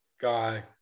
guy